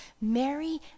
Mary